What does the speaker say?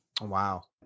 Wow